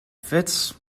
fits